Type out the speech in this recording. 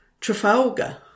Trafalgar